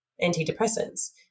antidepressants